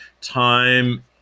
time